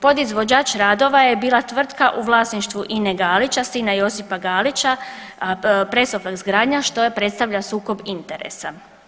Podizvođač radova je bila tvrtka u vlasništvu Ine Galića, sina Josipa Galića Presoflex gradnja što predstavlja sukob interesa.